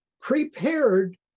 prepared